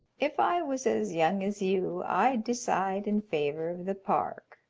if i was as young as you, i'd decide in favor of the park,